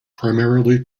primarily